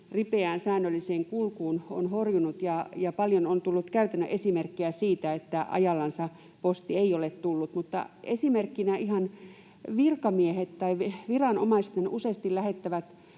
ripeään, säännölliseen kulkuun on horjunut, ja paljon on tullut käytännön esimerkkejä siitä, että posti ei ole tullut ajallansa. Esimerkkinä ihan virkamiehet tai viranomaiset useasti lähettävät